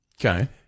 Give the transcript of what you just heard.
Okay